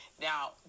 Now